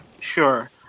Sure